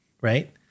right